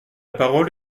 parole